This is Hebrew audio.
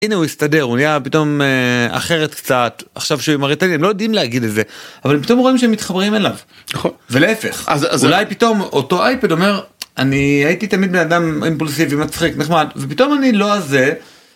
הנה הוא הסתדר הוא נהיה פתאום אחרת קצת עכשיו שהוא עם הריטלין לא יודעים להגיד את זה אבל פתאום רואים שהם מתחברים אליו ולהפך אז אולי פתאום אותו אייפד אומר אני הייתי תמיד בן אדם אימפולסיבי מצחיק נחמד ופתאום אני לא הזה.